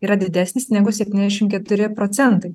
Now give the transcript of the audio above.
yra didesnis negu septyniasdešimt keturi procentai